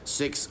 six